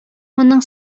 моның